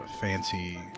fancy